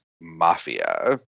mafia